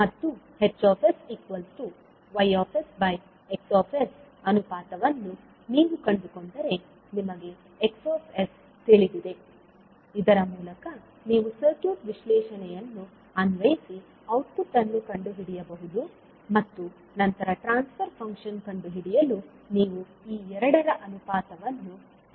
ಮತ್ತು HYX ಅನುಪಾತವನ್ನು ನೀವು ಕಂಡುಕೊಂಡಾಗ ನಿಮಗೆ Xs ತಿಳಿದಿದೆ ಇದರ ಮೂಲಕ ನೀವು ಸರ್ಕ್ಯೂಟ್ ವಿಶ್ಲೇಷಣೆಯನ್ನು ಅನ್ವಯಿಸಿ ಔಟ್ಪುಟ್ ಅನ್ನು ಕಂಡುಹಿಡಿಯಬಹುದು ಮತ್ತು ನಂತರ ಟ್ರಾನ್ಸ್ ಫರ್ ಫಂಕ್ಷನ್ ಕಂಡುಹಿಡಿಯಲು ನೀವು ಈ ಎರಡರ ಅನುಪಾತವನ್ನು ಪಡೆಯಬೇಕು